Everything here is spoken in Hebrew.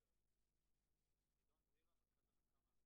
שנייה רגע, אני מדבר על פעם אחת